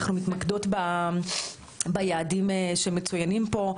אנחנו מתמקדות ביעדים שמצוינים פה,